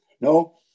No